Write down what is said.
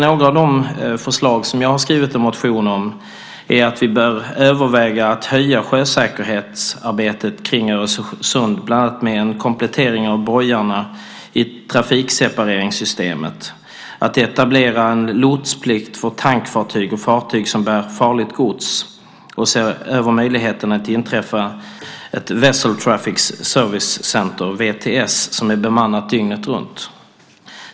Några av de förslag som jag har skrivit en motion om är att vi bör överväga att öka sjösäkerhetsarbetet kring Öresund bland annat med en komplettering av bojarna i trafiksepareringssystemet, att etablera en lotsplikt för tankfartyg och fartyg som bär farligt gods och att se över möjligheterna att inrätta ett Wessel Traffic Servicecenter, WTS, som är bemannat dygnet runt.